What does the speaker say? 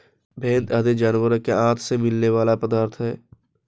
भेंड़ आदि जानवरों के आँत से मिलने वाला पदार्थ है